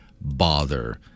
bother